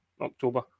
October